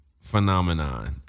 phenomenon